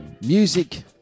Music